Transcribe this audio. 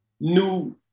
new